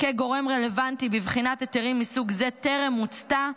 כגורם רלוונטי בבחינת היתרים מסוג זה, טרם מוצתה.